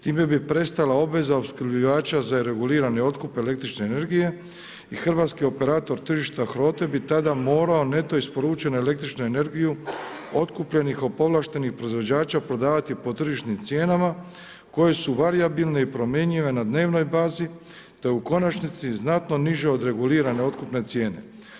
Time bi prestala obveza opskrbljivača za regulirani otkup električne energije i hrvatski operator tržišta HROTE bi tada morao neto isporučenu električnu energiju otkupljenih od povlaštenih proizvođača prodavati po tržišnim cijenama, koje su varijabilne i promjenjive na dnevnoj bazi, te u konačnici znatno niže od regulirane otkupne cijene.